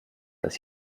dass